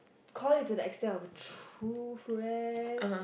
called it to the instead of true friend